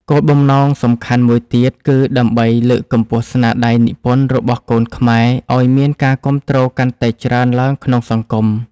គោលបំណងសំខាន់មួយទៀតគឺដើម្បីលើកកម្ពស់ស្នាដៃនិពន្ធរបស់កូនខ្មែរឱ្យមានការគាំទ្រកាន់តែច្រើនឡើងក្នុងសង្គម។